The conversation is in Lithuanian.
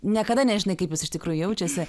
niekada nežinai kaip jis iš tikrųjų jaučiasi